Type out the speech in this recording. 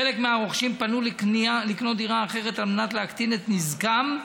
חלק מהרוכשים פנו לקנות דירה אחרת על מנת להקטין את נזקם,